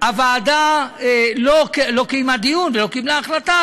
הוועדה לא קיימה דיון ולא קיבלה החלטה,